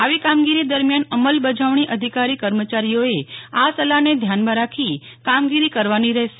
આવી કામગીરી દરમિયાન અમલ બજવણી અધિકારી કર્મચારીઓએ આ સલાહને ધ્યાનમાં રાખી કામગીરી કરવાની રહેશે